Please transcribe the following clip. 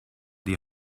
die